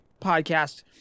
Podcast